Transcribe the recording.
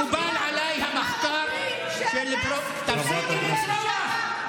מקובל עליי המחקר של פרופ' תפסיקי לצרוח,